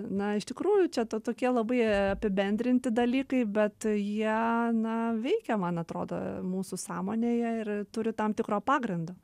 na iš tikrųjų čia ta tokie labai apibendrinti dalykai bet jie na veikia man atrodo mūsų sąmonėje ir turi tam tikro pagrindo